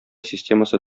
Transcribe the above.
системасы